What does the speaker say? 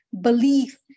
belief